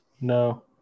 No